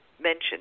mentioned